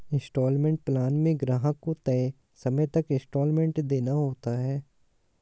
instalment plan में ग्राहक को तय समय तक इन्सटॉलमेंट देना होता है